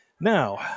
Now